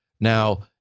Now